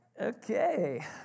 Okay